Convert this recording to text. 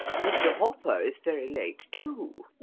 mr. hopper is very late, too.